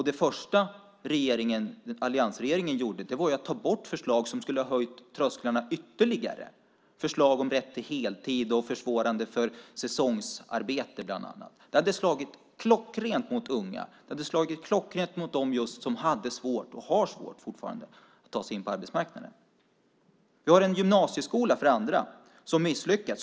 Det första alliansregeringen gjorde var att ta bort förslag som skulle ha höjt trösklarna ytterligare, till exempel förslag om rätt till heltid och försvårande av säsongsarbete. Det hade slagit klockrent mot unga. Det hade slagit klockrent mot dem som fortfarande har svårt att ta sig in på arbetsmarknaden. Dessutom har vi en gymnasieskola som misslyckats.